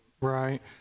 right